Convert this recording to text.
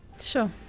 Sure